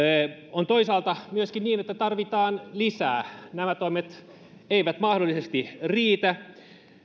on toisaalta myöskin niin että tarvitaan lisää nämä toimet eivät mahdollisesti riitä